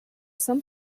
some